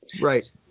Right